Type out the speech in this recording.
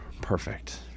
perfect